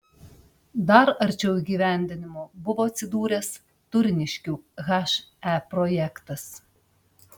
dar arčiau įgyvendinimo buvo atsidūręs turniškių he projektas